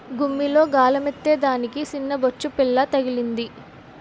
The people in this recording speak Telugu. గుమ్మిలో గాలమేత్తే దానికి సిన్నబొచ్చుపిల్ల తగిలింది